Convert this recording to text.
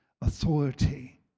authority